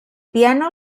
piano